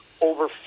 over